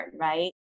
right